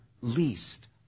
least